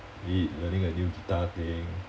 be it learning a new guitar thing